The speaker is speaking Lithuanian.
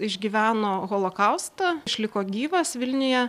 išgyveno holokaustą išliko gyvas vilniuje